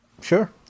Sure